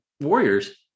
Warriors